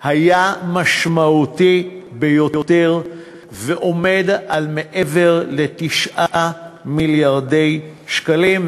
היה משמעותי ביותר ועומד על מעבר ל-9 מיליארדי שקלים.